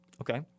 Okay